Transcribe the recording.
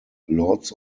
lords